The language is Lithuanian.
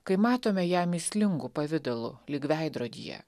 kai matome ją mįslingu pavidalu lyg veidrodyje